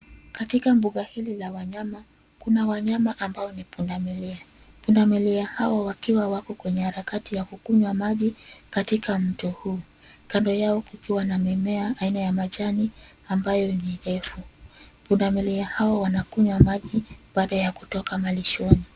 Katika mbuga hili la wanyama. Kuna wanyama ambao ni pundamilia. Pundamilia hawa wakiwa wako kwenye harakati ya kunywa maji katika mto huu. Kando yao kukiwa na mimea aina ya majani ambayo ni refu. Pundamilia hawa wanakunywa maji baada ya kutoka malishoni.